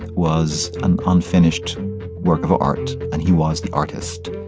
was an unfinished work of art, and he was the artist.